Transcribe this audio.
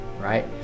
right